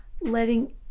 letting